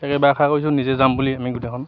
তাকে এইবাৰ আশা কৰিছোঁ নিজে যাম বুলি আমি গোটেইখন